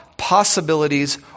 Possibilities